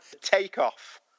takeoff